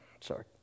Sorry